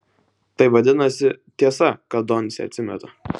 tai vadinasi tiesa kad doncė atsimeta